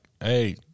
hey